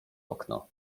okno